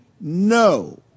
No